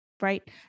Right